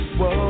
whoa